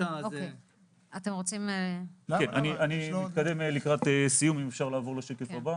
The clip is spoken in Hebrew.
אני מתקדם לשקף הבא.